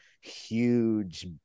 huge